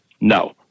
No